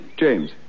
James